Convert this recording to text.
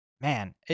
man